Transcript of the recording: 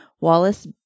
Wallace